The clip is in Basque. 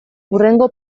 hurrengo